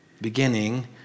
beginning